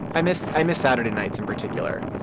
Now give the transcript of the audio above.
i miss i miss saturday nights in particular.